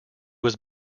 was